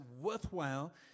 worthwhile